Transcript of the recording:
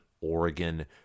Oregon